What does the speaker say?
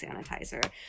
sanitizer